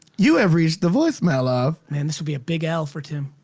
you have reached the voicemail of. man this would be a big l for tim.